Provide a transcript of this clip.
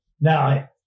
Now